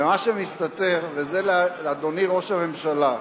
ומה שמסתתר, וזה לאדוני ראש הממשלה,